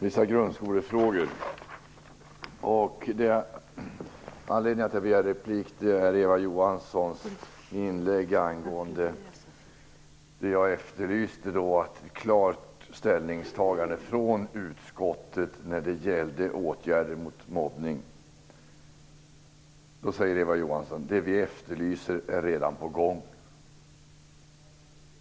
Fru talman! Anledningen till att jag begärde replik var det som Eva Johansson sade i sitt anförande angående det som jag efterlyste, nämligen ett klart ställningstagande från utskottet när det gällde åtgärder mot mobbning. Eva Johansson sade att det som vi efterlyser redan är på gång.